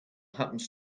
happens